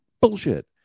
Bullshit